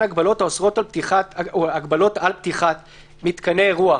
הגבלות האוסרות על פתיחת מיתקני אירוח,